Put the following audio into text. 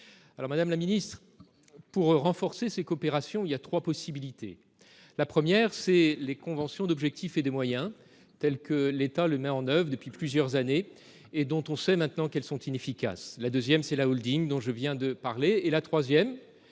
Madame la ministre, pour renforcer ces coopérations, il y a trois possibilités. La première, ce sont les contrats d’objectifs et de moyens, tels que l’État les met en œuvre depuis plusieurs années et dont nous savons maintenant qu’ils sont inefficaces. La deuxième, c’est la holding dont je viens de parler.